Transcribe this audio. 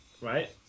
right